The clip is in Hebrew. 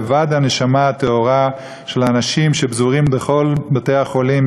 לבד הנשמה הטהורה של האנשים שפזורים בכל בתי-החולים,